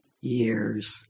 years